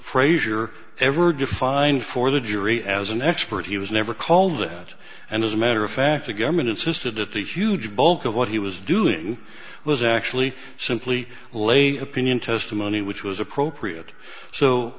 frazier ever defined for the jury as an expert he was never called that and as a matter of fact the government insisted that the huge bulk of what he was doing was actually simply lay opinion testimony which was appropriate so